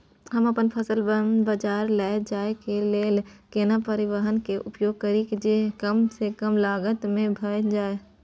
हम अपन फसल बाजार लैय जाय के लेल केना परिवहन के उपयोग करिये जे कम स कम लागत में भ जाय?